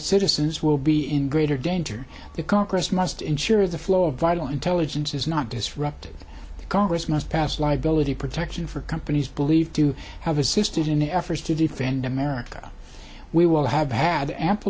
citizens will be in greater danger the congress must ensure the flow of vital intelligence is not disrupted congress must pass liability protection for companies believed to have assisted in efforts to defend america we will have had a